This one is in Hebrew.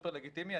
סופר לגיטימי.